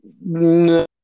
No